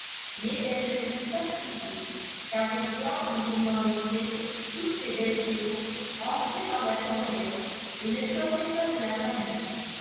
mais elle ne se fit pas prier car au point où l'on en était toutes ces belles choses entraient dans la corbeille et ne sortaient pas de la famille